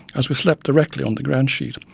as we slept directly on the groundsheet,